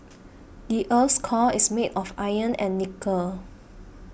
the earth's core is made of iron and nickel